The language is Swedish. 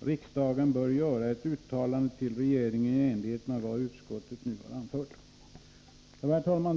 Riksdagen bör göra ett uttalande till regeringen i enlighet med vad utskottet nu har anfört.” Herr talman!